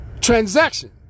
Transaction